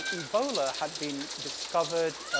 and ebola had been discovered,